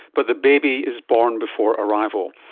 but the baby is born before arrival.